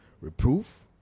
reproof